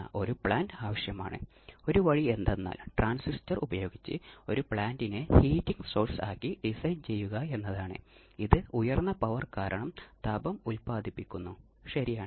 ഇനി സർക്യൂട്ട് ഘടകങ്ങളെ അടിസ്ഥാനമാക്കി റെസിസ്റ്ററുകളും കപ്പാസിറ്ററുകളും ഉപയോഗിക്കുന്ന ഓസിലേറ്ററുകളെ ആർസി ഓസിലേറ്ററുകൾ എന്ന് വിളിക്കുന്നു